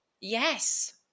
Yes